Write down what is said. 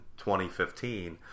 2015